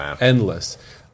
endless